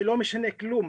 שלא משנה כלום